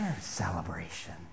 celebration